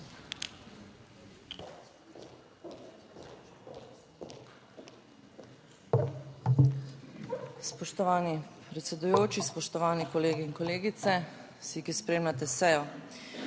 Spoštovani predsedujoči, spoštovani kolegi in kolegice, vsi, ki spremljate sejo!